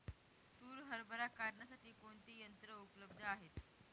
तूर हरभरा काढण्यासाठी कोणती यंत्रे उपलब्ध आहेत?